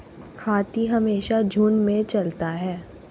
हाथी हमेशा झुंड में चलता है